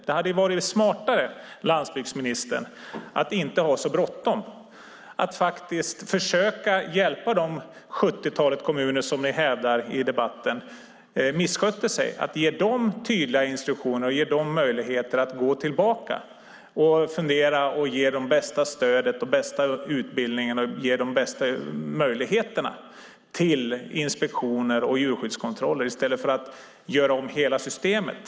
Det hade varit smartare, landsbygdsministern, att inte ha så bråttom, att faktiskt försöka hjälpa det sjuttiotal kommuner som ni i debatten hävdar misskötte sig, att ge dem tydliga instruktioner, ge dem möjligheter att gå tillbaka och fundera, ge dem det bästa stödet och den bästa utbildningen och ge dem de bästa möjligheterna till inspektioner och djurskyddskontroller i stället för att göra om hela systemet.